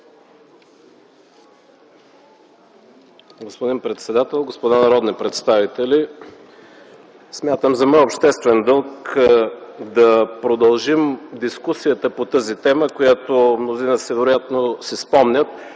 Господин председател, господа народни представители! Смятам за мой обществен дълг да продължим дискусията по тази тема, която, мнозина вероятно си спомнят,